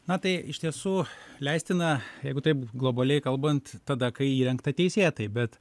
na tai iš tiesų leistina jeigu taip globaliai kalbant tada kai įrengta teisėtai bet